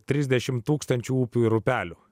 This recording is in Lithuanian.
trisdešimt tūkstančių upių ir upelių